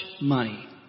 money